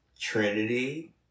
Trinity